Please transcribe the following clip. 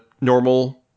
normal